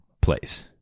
place